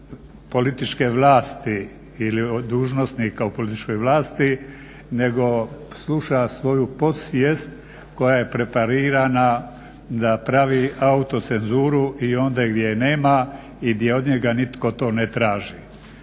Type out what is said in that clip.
političke vlasti ili dužnosnika u političkoj vlasti nego sluša svoju podsvijest koja je preparirana da pravi autocenzuru i ondje gdje je nema i gdje od njega nitko to ne traži.